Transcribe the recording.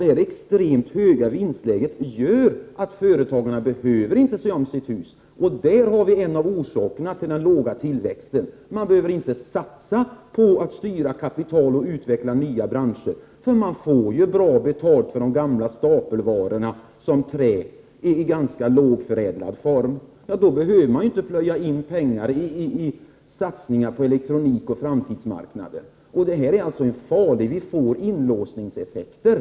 De extremt höga vinsterna gör att företagarna inte behöver se om sitt hus. Det är en av orsakerna till den låga tillväxten. Man behöver alltså inte satsa på en styrning av kapitalet och på utveckling av nya branscher. Man får ju ändå bra betalt för gamla stapelvaror, såsom trävaror, utan nämnvärd förädling. Således är det inte nödvändigt att plöja ned pengar på satsningar på elektronik och framtidsmarknader. Det här är dock farligt, eftersom det skapar inlåsningseffekter.